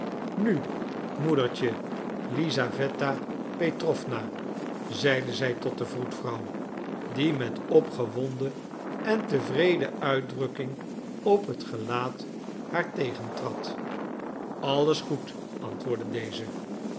nu moedertje lisaweta petrowna zeide zij tot de vroedvrouw die met opgewonden en tevreden uitdrukking op het gelaat haar tegentrad alles goed antwoordde deze